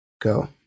Go